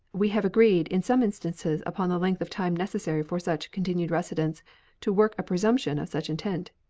we have agreed in some instances upon the length of time necessary for such continued residence to work a presumption of such intent.